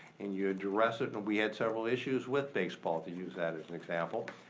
and you address it. and we had several issues with baseball, to use that as an example.